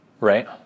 right